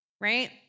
right